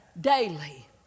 daily